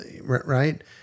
right